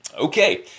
Okay